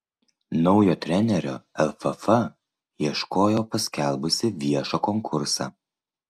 naujo trenerio lff ieškojo paskelbusi viešą konkursą